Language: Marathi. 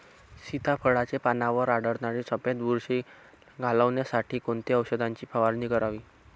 सीताफळाचे पानांवर आढळणारी सफेद बुरशी घालवण्यासाठी कोणत्या औषधांची फवारणी करावी?